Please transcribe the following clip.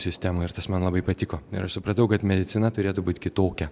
sistemų ir tas man labai patiko ir aš supratau kad medicina turėtų būt kitokia